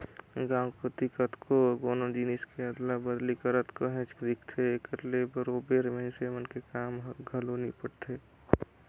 गाँव कोती कतको कोनो जिनिस के अदला बदली करत काहेच दिखथे, एकर ले बरोबेर मइनसे मन के काम हर घलो निपटथे